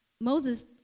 Moses